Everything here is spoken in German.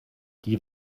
die